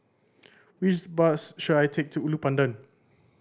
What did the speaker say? which bus should I take to Ulu Pandan